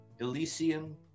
elysium